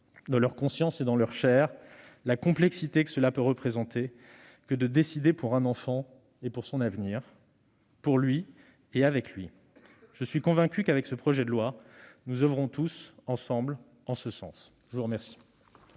dans leur conscience et leur chair, la complexité que peut constituer le fait de décider pour un enfant et pour son avenir, pour lui et avec lui. Je suis convaincu qu'avec ce projet de loi, nous oeuvrons tous ensemble en ce sens. La parole